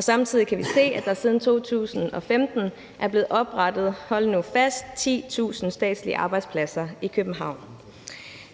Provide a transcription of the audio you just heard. Samtidig kan vi se, at der siden 2015 er blevet oprettet – hold nu fast – 10.000 statslige arbejdspladser i København.